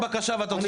בפוריה